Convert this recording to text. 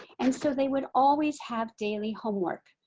and so they would always have daily homework.